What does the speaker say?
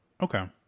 Okay